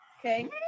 Okay